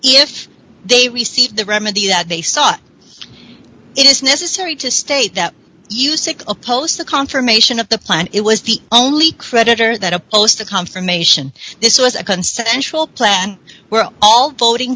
if they received the remedy that they sought it is necessary to state that you sick opposed the confirmation of the plan it was the only creditor that opposed the confirmation this was a consensual plan we're all voting